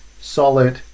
solid